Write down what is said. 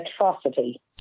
atrocity